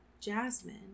Jasmine